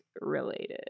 related